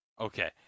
Okay